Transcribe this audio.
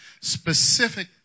specific